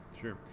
Sure